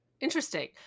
Interesting